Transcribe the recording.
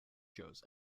shows